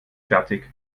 fertig